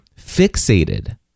fixated